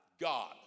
God